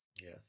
yes